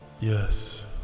Yes